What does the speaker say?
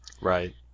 Right